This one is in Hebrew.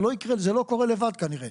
זה לא קורה לבד כנראה.